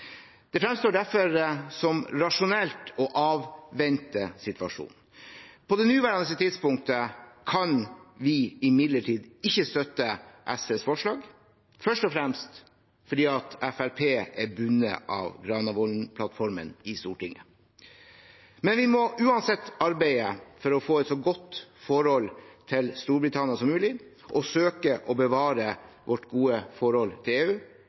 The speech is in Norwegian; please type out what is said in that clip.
Det fremstår derfor som rasjonelt å avvente situasjonen. På nåværende tidspunkt kan vi imidlertid ikke støtte SVs forslag, først og fremst fordi Fremskrittspartiet er bundet av Granavolden-plattformen i Stortinget. Vi må uansett arbeide for å få et så godt forhold til Storbritannia som mulig og søke å bevare vårt gode forhold til EU,